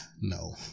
No